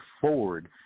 forward